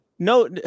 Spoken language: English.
No